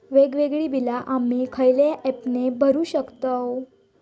वेगवेगळी बिला आम्ही खयल्या ऍपने भरू शकताव?